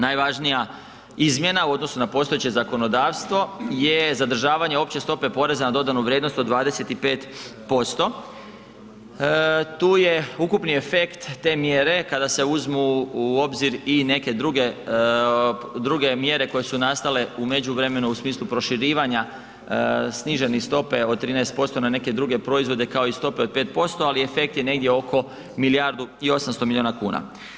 Najvažnija izmjena u odnosu na postojeće zakonodavstvo je zadržavanje opće stope poreza na dodanu vrijednost od 25%. tu je ukupni efekt te mjere kada se uzmu u obzir i neke druge mjere koje su nastale u međuvremenu u smislu proširivanja snižene stope od 13% na neke druge proizvode kao i stope od 5%, ali efekt je negdje oko milijardu i 800 milijuna kuna.